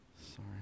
Sorry